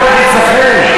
לגברים לא נשארו זכויות.